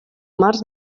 març